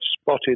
spotted